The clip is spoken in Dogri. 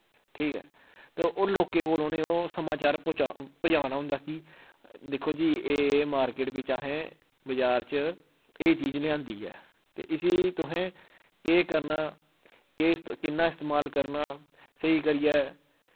ठीक ऐ ते ओह् लोकें कोल उ'नें ओह् समाचार पहुंचा पजाना होंदा कि दिक्खो जी एह् मार्किट बिच्च असें बजार च एह् चीज लेआंदी ऐ ते इसी तुसें केह् करना केह् स किन्ना इस्तमाल करना स्हेई करियै